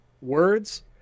words